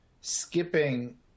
skipping –